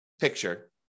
picture